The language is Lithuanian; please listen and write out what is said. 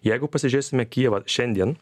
jeigu pasižiūrėsime kijevą šiandien